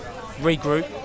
regroup